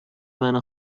منو